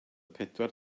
pedwar